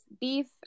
beef